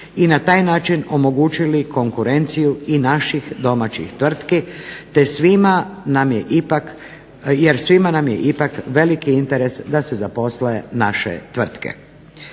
i na taj način omogućili i konkurenciju i naših domaćih tvrtki, jer svima nam je ipak veliki interes da se zaposle naše tvrtke.